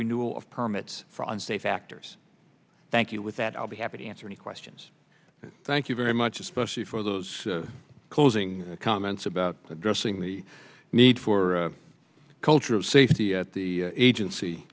renewal of permits for unsafe actors thank you with that i'll be happy to answer any questions thank you very much especially for those closing comments about addressing the need for a culture of safety at the